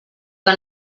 que